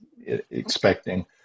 expecting